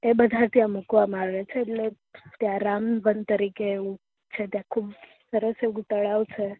એ બધા ત્યાં મૂકવામાં આવે છે એટલે ત્યાં રામ વન તરીકે એવું છે ત્યાં ખૂબ સરસ એવું તળાવ છે